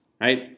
right